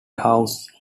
house